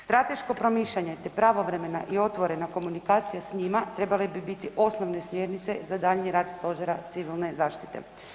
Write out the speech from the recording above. Strateško promišljanje, te pravovremena i otvorena komunikacija s njma trebale bi biti osnovne smjernice za daljnji rad stožera civilne zaštite.